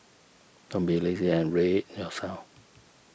don't be lazy and read yourself